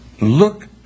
Look